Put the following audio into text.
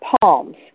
palms